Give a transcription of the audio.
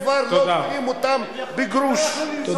איזושהי נימה של ממשלת ישראל,